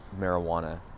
marijuana